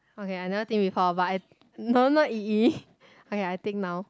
okay I never think before but I no not yi-yi okay I think now